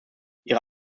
ihre